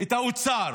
את האוצר